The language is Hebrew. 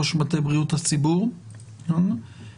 ראש מטה בריאות הציבור במשרד הבריאות,